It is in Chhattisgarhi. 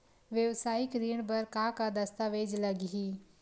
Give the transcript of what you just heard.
वेवसायिक ऋण बर का का दस्तावेज लगही?